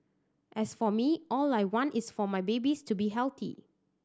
as for me all I want is for my babies to be healthy